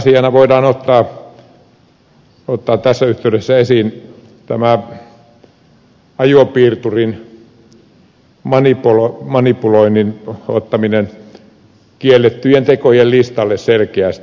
positiivisena asiana voidaan ottaa tässä yhteydessä esiin tämä ajopiirturin manipuloinnin ottaminen kiellettyjen tekojen listalle selkeästi